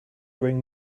bring